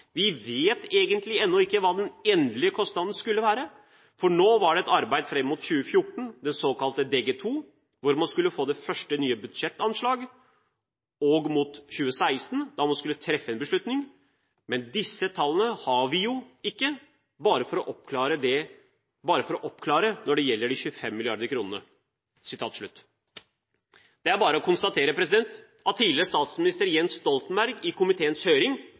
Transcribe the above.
vi hadde kunnskap om på den tiden. Det førte til en arbeidsprosess, en samordning og en strømlinjeforming av prosjektet, hvor man gikk tilbake til forpliktelsene som Statoil hadde fått i utslippstillatelsen. Dermed forsvant i realiteten de 25 mrd. kr, etter mitt syn». Videre sa han: «Vi vet egentlig ennå ikke hva den endelige kostnaden skulle være, for nå var det et arbeid mot 2014, den såkalte DG2, hvor man skulle få det første nye budsjettanslag, og mot 2016, da man skulle treffe en beslutning. Men disse tallene har vi